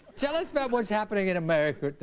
tell us about what's happening in america.